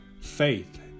faith